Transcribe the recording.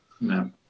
No